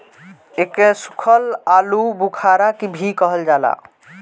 एके सुखल आलूबुखारा भी कहल जाला